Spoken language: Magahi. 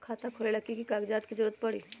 खाता खोले ला कि कि कागजात के जरूरत परी?